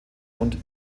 und